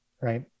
right